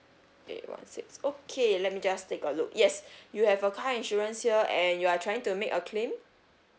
eight one six okay let me just take a look yes you have a car insurance here and you are trying to make a claim